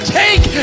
take